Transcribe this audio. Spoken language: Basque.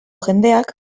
jendeak